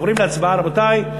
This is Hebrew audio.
עוברים להצבעה, רבותי.